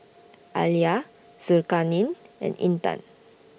Alya Zulkarnain and Intan